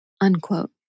Unquote